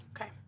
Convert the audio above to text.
Okay